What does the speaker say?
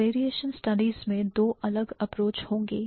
Variation studies में दो अलग अप्रोच होंगी